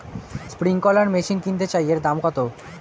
Sprinkler machine কিনতে চাই এর দাম কত?